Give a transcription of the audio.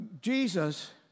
Jesus